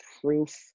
proof